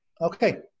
Okay